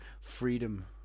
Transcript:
freedom